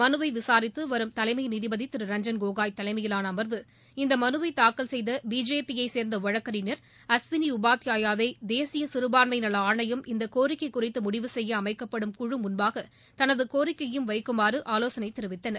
மனுவை விசாரித்து வரும் தலைமை நீதிபதி திரு ரஞ்சன் கோகோய் தலைமையிலாள அமர்வு இந்த மனுவை தாக்கல் செய்த பிஜேபியைச் சேர்ந்த வழக்கறிஞர் அஸ்வினி உபாத்யாயாவை தேசிய சிறுபான்மை நல ஆணையம் இந்த கோரிக்கை குறித்து முடிவு செய்ய அமைக்கப்படும் குழு முன்பாக தனது கோரிக்கையையும் வைக்குமாறு ஆலோசனை தெரிவித்தனர்